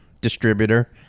distributor